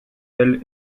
elle